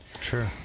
True